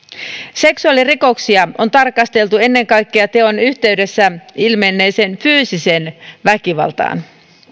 seksuaalirikoksia on tarkasteltu ennen kaikkea teon yhteydessä ilmenneeseen fyysiseen väkivaltaan